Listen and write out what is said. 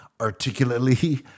articulately